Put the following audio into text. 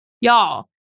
y'all